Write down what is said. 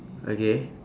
okay